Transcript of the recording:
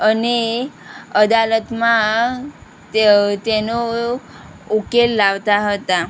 અને અદાલતમાં ત તેનો ઉકેલ લાવતા હતા